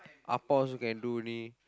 appam also can do only